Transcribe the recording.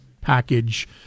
package